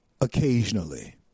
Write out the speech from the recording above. Occasionally